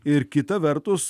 ir kita vertus